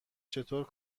چطور